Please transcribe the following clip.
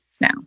now